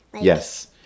yes